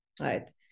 right